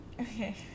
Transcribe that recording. okay